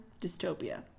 dystopia